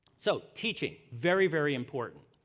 so, teaching, very, very important.